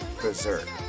berserk